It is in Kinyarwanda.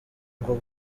ngo